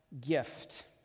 gift